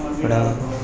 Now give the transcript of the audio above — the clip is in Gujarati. આપણે